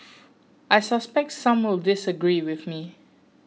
I suspect some will disagree with me